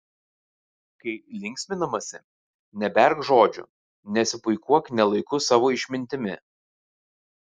kai linksminamasi neberk žodžių nesipuikuok ne laiku savo išmintimi